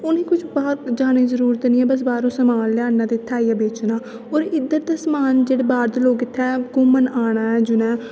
उंहे कुदे बाहर जाने दी जरुरत नेई ऐ पर बाहरो समान लेई आनना ऐ ते इत्थै आइयै बेचना और इद्धर दे समान च बाहर दे लोक इत्थै घूमन आना ऐ जिंहे ओह्